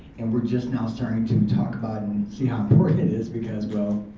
and we're just now starting to talk about and see how important it is because well,